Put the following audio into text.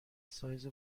سایز